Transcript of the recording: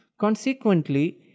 Consequently